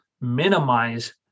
minimize